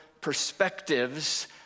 perspectives